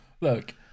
Look